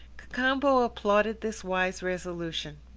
cacambo applauded this wise resolution.